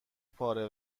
پاره